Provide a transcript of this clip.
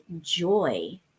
joy